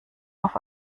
auf